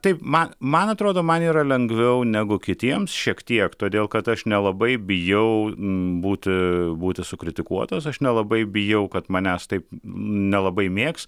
taip man man atrodo man yra lengviau negu kitiems šiek tiek todėl kad aš nelabai bijau būti būti sukritikuotas aš nelabai bijau kad manęs taip nelabai mėgs